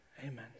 Amen